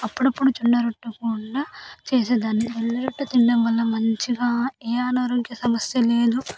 అప్పుడప్పుడు జొన్న రొట్టెలు కూడా చేసేదాన్ని జొన్న రొట్టెలు తినడం వల్ల మంచిగా ఏ అనారోగ్య సమస్య లేదు